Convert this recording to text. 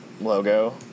logo